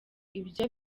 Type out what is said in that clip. ibyo